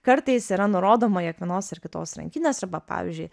kartais yra nurodoma jog vienos ar kitos rankinės arba pavyzdžiui